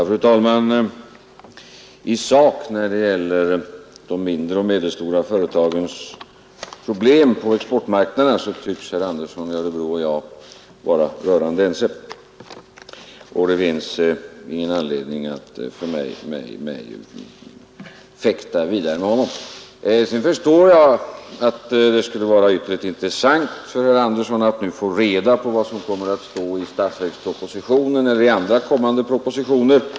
Fru talman! När det gäller de mindre och medelstora företagens problem på exportmarknaden tycks herr Andersson i Örebro och jag i sak vara rörande ense. Det finns ingen anledning för mig att fäkta vidare med honom. Jag förstår att det skulle vara utomordentligt intressant för herr Andersson att nu få reda på vad som kommer att stå i statsverkspropositionen eller i andra kommande propositioner.